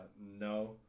no